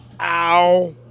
Ow